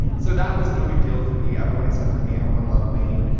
so that was no big deal for me. everyone accepted me. everyone loved me.